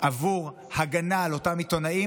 עבור הגנה על אותם עיתונאים,